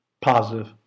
Positive